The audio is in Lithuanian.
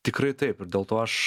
tikrai taip ir dėl to aš